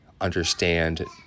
understand